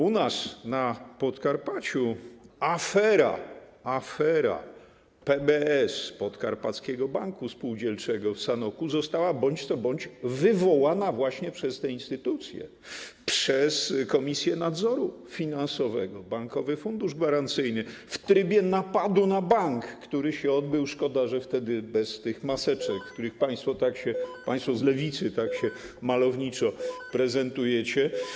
U nas na Podkarpaciu afera PBS, Podkarpackiego Banku Spółdzielczego w Sanoku, została bądź co bądź wywołana właśnie przez te instytucje, przez Komisję Nadzoru Finansowego, Bankowy Fundusz Gwarancyjny, w trybie napadu na bank, który się odbył - szkoda - wtedy bez tych maseczek, w których państwo, państwo z Lewicy tak się malowniczo prezentujecie.